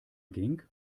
ging